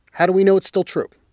how do we know it's still true?